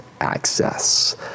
access